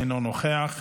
אינו נוכח.